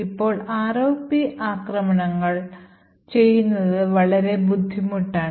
ഇപ്പോൾ ROP ആക്രമണങ്ങൾ ചെയ്യുന്നത് വളരെ ബുദ്ധിമുട്ടാണ്